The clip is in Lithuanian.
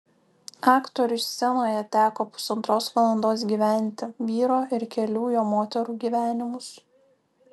aktoriui scenoje teko pusantros valandos gyventi vyro ir kelių jo moterų gyvenimus